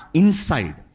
inside